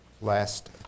last